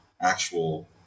actual